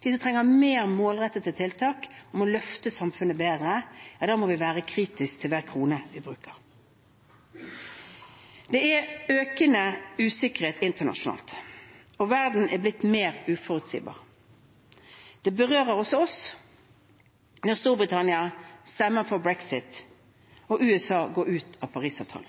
de som trenger mer målrettede tiltak. Vi må løfte samfunnet bedre, og da må vi være kritiske til hver krone vi bruker. Det er økende usikkerhet internasjonalt. Verden er blitt mer uforutsigbar. Det berører også oss når Storbritannia stemmer for brexit og USA går ut av Paris-avtalen.